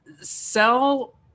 sell